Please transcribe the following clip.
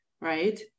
Right